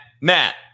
Matt